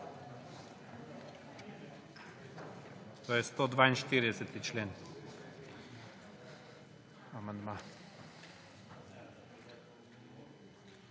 To je 142. člen,